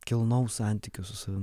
kilnaus santykio su savim